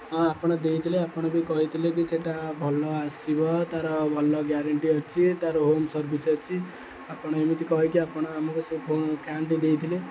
ହଁ ଆପଣ ଦେଇଥିଲେ ଆପଣ ବି କହିଥିଲେ କି ସେଇଟା ଭଲ ଆସିବ ତା'ର ଭଲ ଗ୍ୟାରେଣ୍ଟି ଅଛି ତା'ର ହୋମ୍ ସର୍ଭିସ୍ ଅଛି ଆପଣ ଏମିତି କହିକି ଆପଣ ଆମକୁ ସେ ଫ୍ୟାନ୍ଟି ଦେଇଥିଲେ